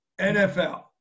NFL